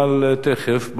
אבל תיכף,